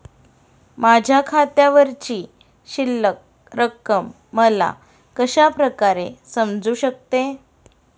माझ्या खात्यावरची शिल्लक रक्कम मला कशा प्रकारे समजू शकते?